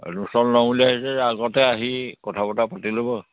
admission লওঁ বুলি আহিছে যদি আগতে আহি কথা বতৰা পাতি ল'ব